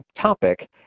topic